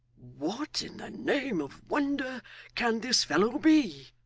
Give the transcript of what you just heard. what in the name of wonder can this fellow be!